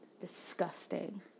Disgusting